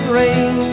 rain